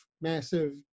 massive